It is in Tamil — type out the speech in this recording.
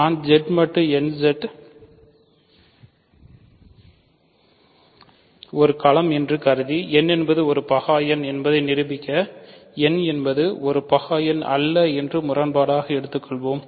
நான் Z மட்டு nZ ஒரு களம் என்று கருதி n என்பது ஒரு பகா எண் என்பதை நிரூபிக்க n என்பது ஒரு பகா எண் அல்ல என்று முரண்பாடாக எடுத்துக்கொள்வோம்